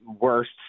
worst